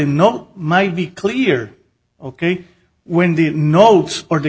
know might be clear ok when the notes or the